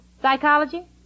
Psychology